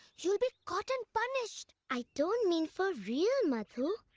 you'll be caught and punished! i don't mean for real, madhu.